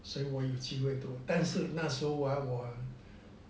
所以我有机会都但是那时候啊我